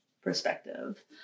perspective